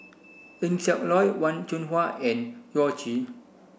Eng Siak Loy Wen Jinhua and Yao Zi